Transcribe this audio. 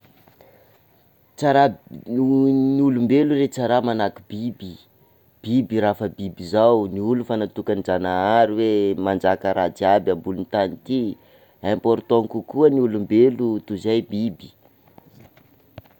Tsa raha, ny olombelo re tsa raha manahaky biby, biby raha efa biby zao, ny olo efa natokan-janahary hoe manjaka raha jiaby ambonin-tany ty, important kokoa ny olombelo toy zay biby.